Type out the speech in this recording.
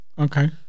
Okay